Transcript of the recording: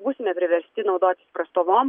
būsime priversti naudotis prastovom